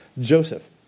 Joseph